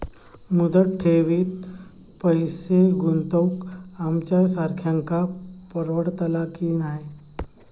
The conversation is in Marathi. मुदत ठेवीत पैसे गुंतवक आमच्यासारख्यांका परवडतला की नाय?